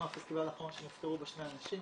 כמו הפסטיבל האחרון שנפטרו בו שני אנשים,